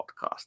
podcast